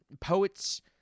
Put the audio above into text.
poets